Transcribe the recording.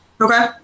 Okay